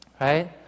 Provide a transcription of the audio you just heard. right